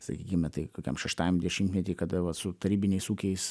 sakykim tai kokiam šeštajam dešimtmety kada va su tarybiniais ūkiais